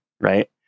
right